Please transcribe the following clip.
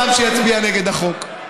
שגם יצביע נגד החוק.